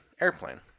airplane